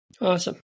Awesome